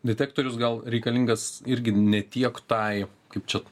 detektorius gal reikalingas irgi ne tiek tai kaip čia